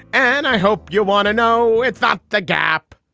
and i hope you'll want to know. it's not the gap.